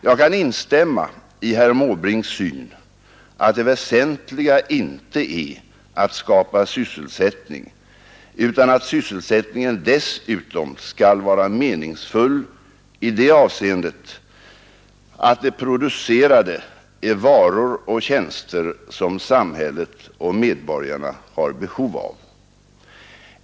Jag kan instämma i herr Måbrinks syn att det väsentliga inte är att skapa sysselsättning utan att sysselsättningen dessutom skall vara meningsfull i det avseendet att det producerade är varor och tjänster som samhället och medborgarna har behov av.